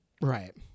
Right